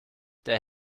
der